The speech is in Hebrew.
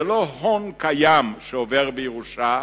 זה לא הון קיים שעובר בירושה,